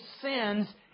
sins